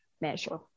measure